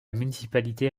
municipalité